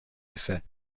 effet